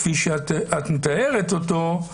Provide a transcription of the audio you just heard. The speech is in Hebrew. כפי שאת מתארת אותו,